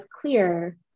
clear